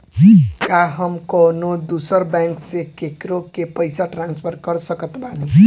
का हम कउनों दूसर बैंक से केकरों के पइसा ट्रांसफर कर सकत बानी?